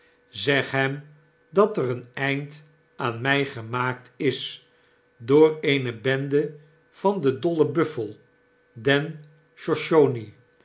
zeg hem dat er een eind aan my gernaakt is door eene bende van den dollen buffel den